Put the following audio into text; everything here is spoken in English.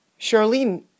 Charlene